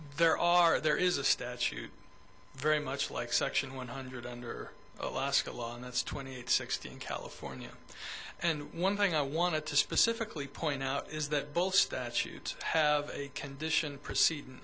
there are there is a statute very much like section one hundred under alaska law and that's twenty eight sixteen california and one thing i wanted to specifically point out is that both statute have a condition proceeding